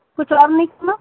کچھ اور نئی سنا